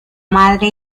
madre